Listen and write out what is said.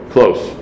Close